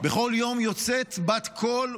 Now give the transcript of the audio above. בכל יום יוצאת בת קול ומכרזת: